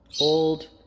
old